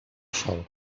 sol